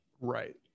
Right